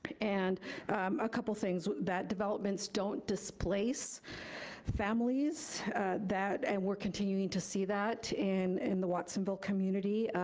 and a couple things, that developments don't displace families that, and we're continuing to see that in in the watsonville community,